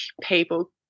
people